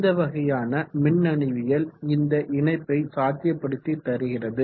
எந்த வகையான மின்னணுவியல் இந்த இணைப்பை சாத்தியப்படுத்தி தருகிறது